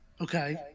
Okay